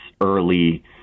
early